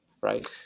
Right